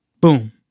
Boom